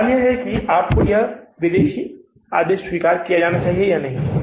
तो सवाल यह है कि आपको इस विदेशी आदेश को स्वीकार करना चाहिए या नहीं